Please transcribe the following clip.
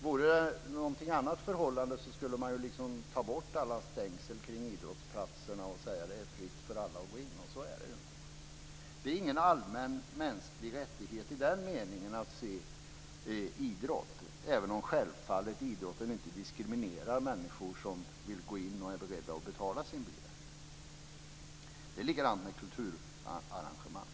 Vore någonting annat förhållandet skulle man ta bort alla stängel kring idrottsplatser och säga att det är fritt för alla att gå in, och så är det inte. Det är ingen allmän mänsklig rättighet i den meningen att se idrott, även om självfallet idrotten inte diskriminerar människor som vill gå in och är beredda att betala sin biljett. Det är likadant med kulturarrangemang.